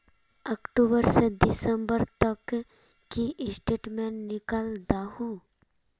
अक्टूबर से दिसंबर तक की स्टेटमेंट निकल दाहू?